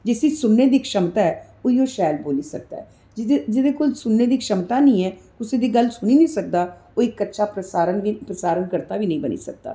जिस गी सुनने दी क्षमता ऐ उ'ऐ शैल बोल्ली सकदा ऐ जेह्दे कोल सुनने दी क्षमता नेईं ऐ कुसै दी सुनी नीं सकदा ओह् अच्छा प्रसारण कर्ता बी नेईं बनी सकदा